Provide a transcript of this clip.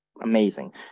amazing